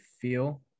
feel